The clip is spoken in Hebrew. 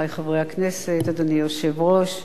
אדוני היושב-ראש,